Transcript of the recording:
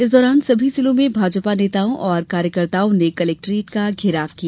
इस दौरान सभी जिलों में भाजपा नेताओं और कार्यकर्ताओं ने कलेक्ट्रेट का घेराव किया